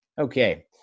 Okay